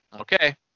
Okay